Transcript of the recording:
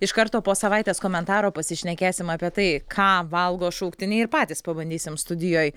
iš karto po savaitės komentaro pasišnekėsim apie tai ką valgo šauktiniai ir patys pabandysim studijoj